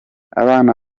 abana